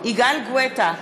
יגאל גואטה,